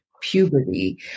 puberty